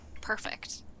perfect